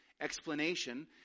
explanation